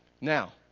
Now